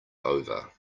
over